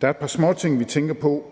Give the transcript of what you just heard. Der er et par småting, vi tænker på.